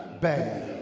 bad